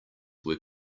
were